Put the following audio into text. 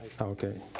okay